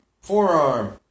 Forearm